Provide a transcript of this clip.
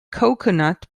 coconut